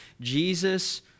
Jesus